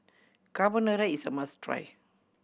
carbonara is a must try